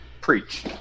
Preach